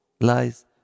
lies